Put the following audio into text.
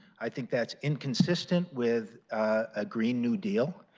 i think that is inconsistent with a green new deal,